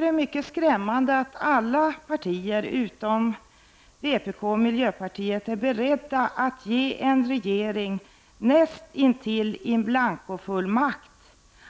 Det är mycket skrämmande att alla partier utom vpk och miljöpartiet är beredda att ge en regering nästintill in blanco-fullmakt